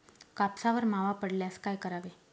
कापसावर मावा पडल्यास काय करावे?